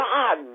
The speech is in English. God